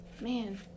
Man